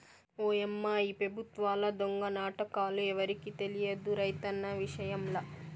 ఓయమ్మా ఈ పెబుత్వాల దొంగ నాటకాలు ఎవరికి తెలియదు రైతన్న విషయంల